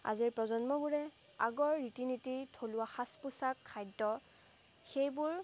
আজিৰ প্ৰজন্মবোৰে আগৰ ৰীতি নীতি থলুৱা সাজ পোছাক খাদ্য সেইবোৰ